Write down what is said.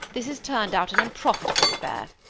this has turned out an unprofitable affair.